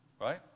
Right